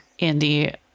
andy